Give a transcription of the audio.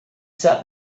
sat